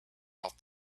off